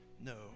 no